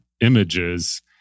images